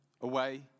away